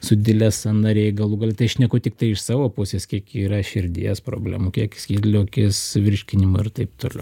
sudilę sąnariai galų gal šneku tiktai iš savo pusės kiek yra širdies problemų kiek skydliaukės virškinimo ir taip toliau